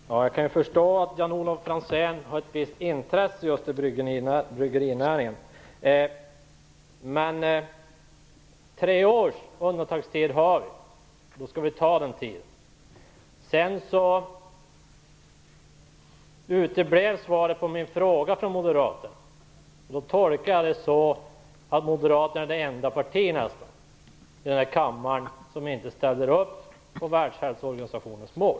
Herr talman! Jag kan förstå att Jan-Olof Franzén har ett visst intresse just för bryggerinäringen. Vi har tre års undantagstid, och vi skall ta den tiden. Svaret på min fråga till Moderaterna uteblev. Jag tolkar det så att Moderaterna är nästan det enda partiet i kammaren som inte ställer upp på Världshälsoorganisationens mål.